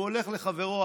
הוא הולך לחברו,